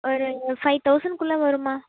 ஒரு ஃபை தௌசண்ட்குள்ளே வரும்மா